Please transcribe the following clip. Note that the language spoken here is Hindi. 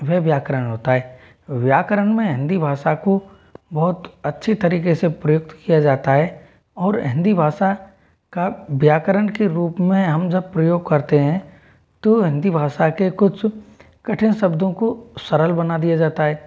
वह व्याकरण होता है व्याकरण में हिंदी भाषा को बहुत अच्छी तरीके से प्रयुक्त किया जाता है और हिंदी भाषा का व्याकरण के रूप में हम जब प्रयोग करते हैं तो हिंदी भाषा के कुछ कठिन शब्दों को सरल बना दिया जाता है